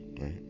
Right